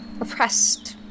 oppressed